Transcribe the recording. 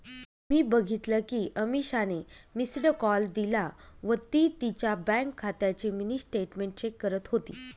मी बघितल कि अमीषाने मिस्ड कॉल दिला व ती तिच्या बँक खात्याची मिनी स्टेटमेंट चेक करत होती